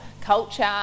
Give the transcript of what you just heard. culture